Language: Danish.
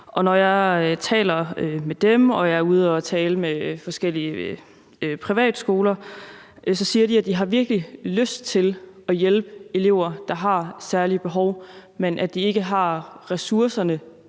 når jeg taler med dem og jeg er ude at tale med forskellige privatskoler, siger de, at de virkelig har lyst til at hjælpe elever, der har særlige behov, men at de ikke har ressourcerne